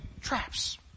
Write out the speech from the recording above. traps